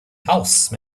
house